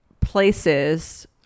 places